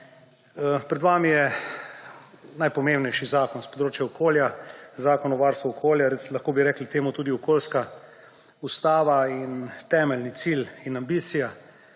Pred vami je najpomembnejši zakon s področja okolja, zakon o varstvu okolja, lahko bi rekli temu tudi okoljska ustava. Temeljni cilj in ambicija